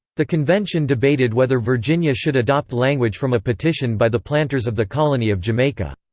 the convention debated whether virginia should adopt language from a petition by the planters of the colony of jamaica.